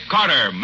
Carter